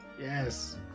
yes